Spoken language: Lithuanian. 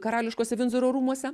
karališkuose vindzoro rūmuose